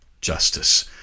justice